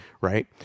right